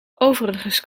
overigens